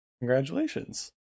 Congratulations